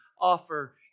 offer